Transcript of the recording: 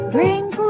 Drink